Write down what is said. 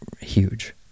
huge